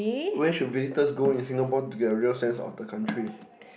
where should visitors go in Singapore to get a real sense of the country